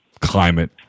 climate